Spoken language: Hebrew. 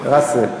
באסל,